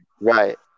Right